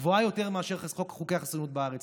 גבוהה יותר מאשר חוקי החסינות בארץ.